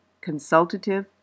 consultative